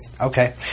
Okay